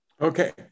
Okay